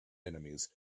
enemies